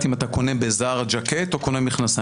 אם אתה קונה ב"זארה" ז'קט או קונה מכנסיים.